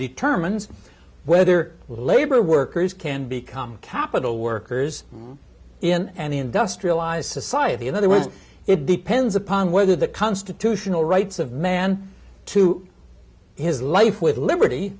determines whether labor workers can become capital workers in the industrialized society in other words it depends upon whether the constitutional rights of man to his life with liberty